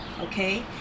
Okay